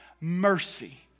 Mercy